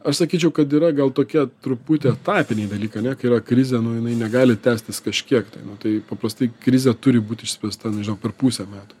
aš sakyčiau kad yra gal tokie truputį etapiniai dalykai ane kai yra krizė nu jinai negali tęstis kažkiek tai tai paprastai krizė turi būti išspręsta per pusę metų